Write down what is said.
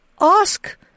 ask